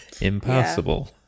Impossible